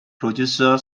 producer